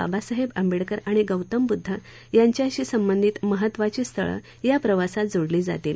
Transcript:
बाबासाहेब आंबेडकर आणि गौतम बुद्ध यांच्याशी संबंधित महत्वाची स्थळं या प्रवासात जोडली जातील